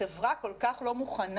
החברה כל כך לא מוכנה.